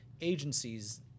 agencies